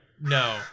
no